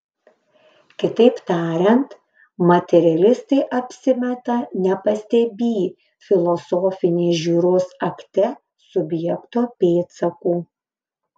kitaip tariant materialistai apsimeta nepastebį filosofinės žiūros akte subjekto pėdsakų